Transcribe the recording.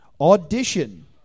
audition